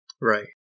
Right